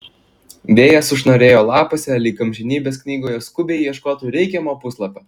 vėjas sušnarėjo lapuose lyg amžinybės knygoje skubiai ieškotų reikiamo puslapio